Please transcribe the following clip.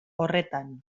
horretan